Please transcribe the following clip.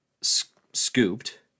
scooped